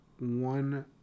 one